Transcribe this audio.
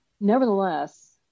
nevertheless